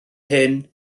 hyn